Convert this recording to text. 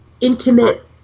intimate